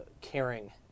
caring